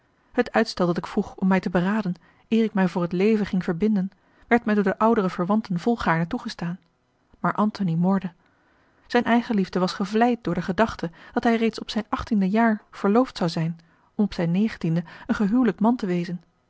het uitstel dat ik vroeg om mij te beraden eer ik mij voor het leven ging verbinden werd mij door de oudere verwanten volgaarne toegestaan maar antony morde zijne eigenliefde was gevleid door de gedachte dat hij reeds op zijn achttiende jaar verloofd zou zijn om op zijn negentiende een gehijlikt man te wezen